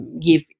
give